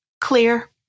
clear